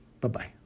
Bye-bye